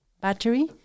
battery